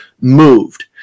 moved